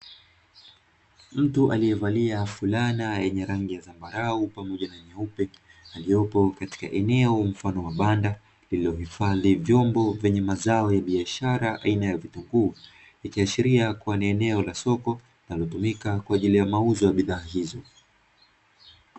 Mtu alievalia fulana yenye rangi ya zambarau pamoja na nyeupe, aliopokatika eneo mfano wa banda liilhifadhi vyombo vyenye mazao ya biashara aina ya vitunguu, ikiashiria kuwa ni eneo la soko linaltuika kwa ajii ya mauzo ya bidhaa hizo.